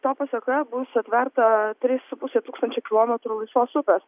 to pasekoje bus atverta trys su puse tūkstančio kilometrų laisvos upės